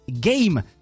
game